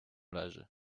leży